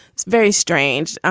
very strange. ah